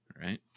right